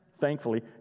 thankfully